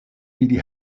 ili